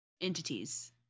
entities